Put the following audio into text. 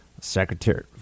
Secretary